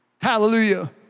hallelujah